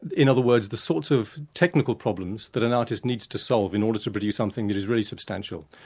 in other words, the sort of technical problems that an artist needs to solve in order to produce something that is really substantial.